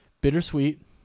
bittersweet